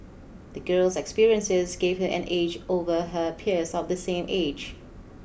the girl's experiences gave her an edge over her peers of the same age